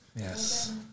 Yes